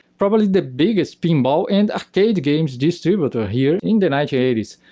probably the biggest pinball and arcade games distributor here in the nineteen eighty s.